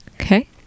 Okay